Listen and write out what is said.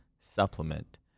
supplement